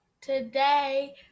today